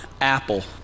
apple